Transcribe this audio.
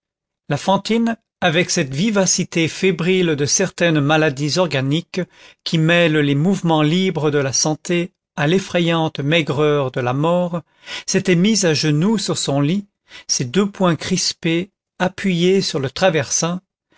la fantine avec cette vivacité fébrile de certaines maladies organiques qui mêle les mouvements libres de la santé à l'effrayante maigreur de la mort s'était mise à genoux sur son lit ses deux poings crispés appuyés sur le traversin